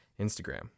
Instagram